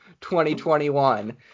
2021